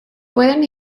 pueden